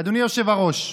אדוני היושב-ראש,